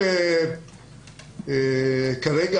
כרגע,